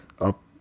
up